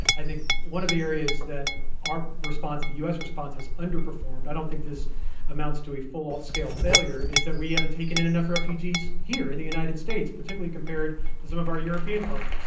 i think one of the areas that our response the u response has underperformed i don't think this amounts to a full-all scale failure is that we haven't taken in enough refugees here in the united states, particularly compared to some of our european partners.